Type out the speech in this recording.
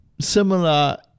similar